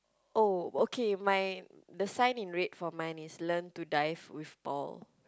oh okay my the sign in red for mine is learn to dive with Paul